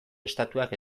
estatuak